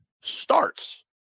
starts